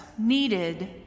needed